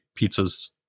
pizzas